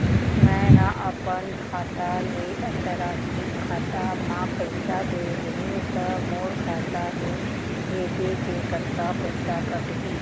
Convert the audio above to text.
मै ह अपन खाता ले, अंतरराष्ट्रीय खाता मा पइसा भेजहु त मोर खाता ले, भेजे के कतका पइसा कटही?